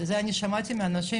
זה אני שמעתי מאנשים,